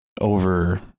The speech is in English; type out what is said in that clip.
over